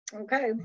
Okay